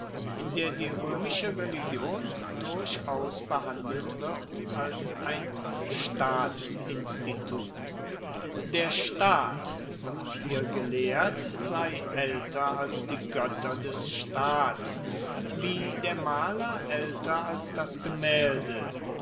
in der die römische religion durchaus behandelt wird als ein staatsinstitut der staat wird hier gelehrt sei älter als die götter des staats wie der maler älter als das gemälde